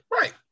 Right